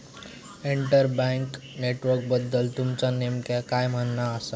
inter bank नेटवर्कबद्दल तुमचा नेमक्या काय म्हणना आसा